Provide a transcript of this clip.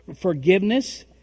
Forgiveness